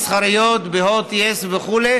המסחריות, בהוט, ביס וכו'.